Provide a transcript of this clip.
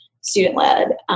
student-led